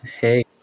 hey